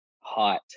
hot